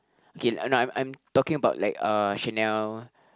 okay no no I'm talking about like uh Chanel